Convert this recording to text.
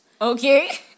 Okay